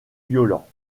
violents